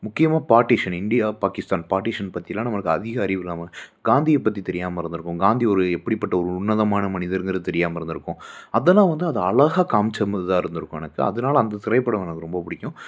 முக்கியமாக partition India Pakistan partition பற்றில்லாம் நம்மளுக்கு அதிக அறிவு இல்லாமல் காந்தியை பற்றி தெரியாமல் இருந்திருக்கும் காந்தி ஒரு எப்படிப்பட்ட ஒரு உன்னதனமான மனிதருங்குறது தெரியாமல் இருந்திருக்கும் அதெல்லாம் வந்து அதை அழகாக வந்து காமித்த இதாக இருந்திருக்கும் எனக்கு அதனால அந்த திரைப்படம் எனக்கு ரொம்ப பிடிக்கும்